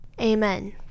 amen